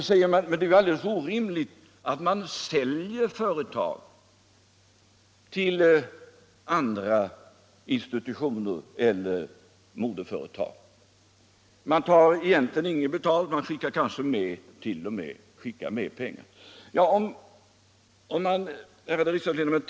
Nu sägs det att det är alldeles orimligt att man säljer företaget till andra institutioner eller till moderföretaget och att man inte tar något betalt utan kanske t.o.m. skickar med litet pengar.